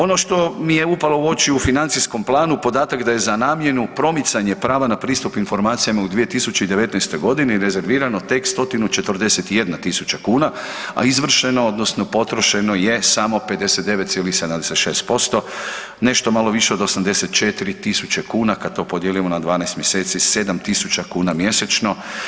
Ono to mi je upalo u oči u financijskom planu podatak da je za namjenu promicanja prava na pristup informacijama u 2019.g. rezervirano tek 141.000 kuna, a izvršeno odnosno potrošeno je samo 59,76% nešto malo više od 84.000 kuna, kada to podijelimo na 12 mjeseci 7.000 mjesečno.